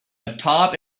atop